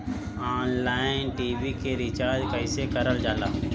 Online TV के recharge कईसे करल जाला?